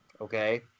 okay